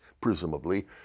presumably